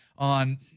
on